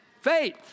Faith